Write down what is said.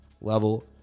level